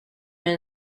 med